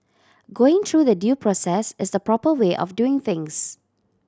going through the due process is the proper way of doing things